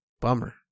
Bummer